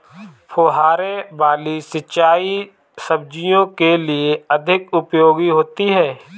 फुहारे वाली सिंचाई सब्जियों के लिए अधिक उपयोगी होती है?